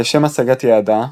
לשם השגת יעדה,